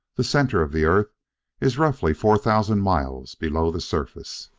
the center of the earth is roughly four thousand miles below the surface.